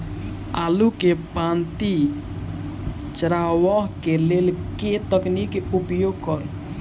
आलु केँ पांति चरावह केँ लेल केँ तकनीक केँ उपयोग करऽ?